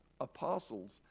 apostles